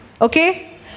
Okay